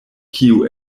kiu